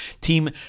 team